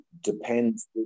depends